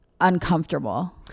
uncomfortable